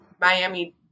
Miami